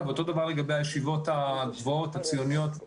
אותו דבר לגבי הישיבות הצבאיות הציוניות,